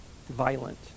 violent